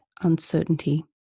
uncertainty